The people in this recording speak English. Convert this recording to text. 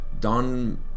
don